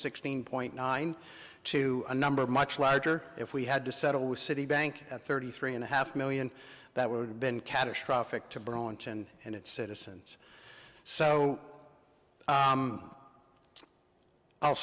sixteen point nine to a number much larger if we had to settle with citibank at thirty three and a half million that would have been catastrophic to burlington and its citizens so i'll